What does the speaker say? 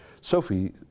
Sophie